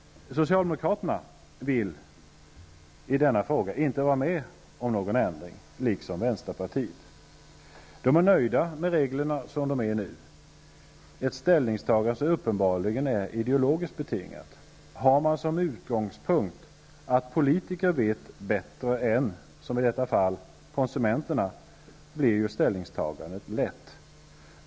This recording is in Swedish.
Socialdemokraterna, liksom vänsterpartiet, vill i denna fråga inte var med om någon ändring. De är nöjda med reglerna som de är nu. Detta ställningstagande är uppenbarligen ideologiskt betingat. Har man som utgångspunkt att politiker vet bättre än -- som i detta fall -- konsumenterna, blir ställningstagandet lätt.